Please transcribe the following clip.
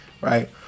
right